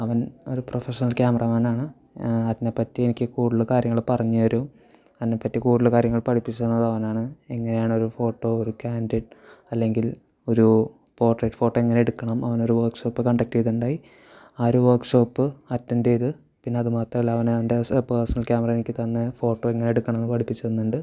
അവൻ ഒരു professional cameraman ആണ് അതിനെപ്പറ്റി എനിക്ക് കൂടുതൽ കാര്യങ്ങൾ പറഞ്ഞുതരും അതിനെപ്പറ്റി കൂടുതൽ കാര്യങ്ങൾ പഠിപ്പിച്ചു തന്നതും അവനാണ് എങ്ങനെയാണ് ഒരു ഫോട്ടോ ഒരു ക്യാൻഡിഡ് അല്ലെങ്കിൽ ഒരു പോർട്രൈറ്റ് ഫോട്ടോ എങ്ങനെ എടുക്കണം അവൻ ഒരു വർക്ക്ഷോപ്പ് കണ്ടക്റ്റ് ചെയ്തിട്ടുണ്ടായിരുന്നു ആ ഒരു വർക്ക്ഷോപ്പ് അറ്റൻഡ് ചെയ്ത് പിന്നെ അത് മാത്രമല്ല അവൻ അവൻ്റെ പേഴ്സണൽ ക്യാമറ എനിക്ക് തന്ന് ഫോട്ടോ എങ്ങനെ എടുക്കണം എന്ന് പഠിപ്പിച്ച് തന്നിട്ടുണ്ട്